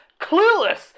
clueless